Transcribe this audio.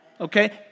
okay